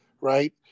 right